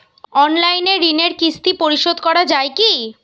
Online ঋণের কিস্তি পরিশোধ করা যায় কি?